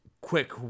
quick